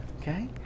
Okay